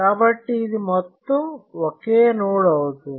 కాబట్టి ఇది మొత్తం ఓకే నోడు అవుతుంది